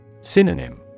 Synonym